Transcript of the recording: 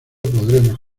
podremos